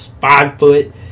five-foot